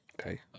Okay